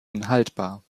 unhaltbar